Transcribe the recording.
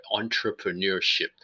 entrepreneurship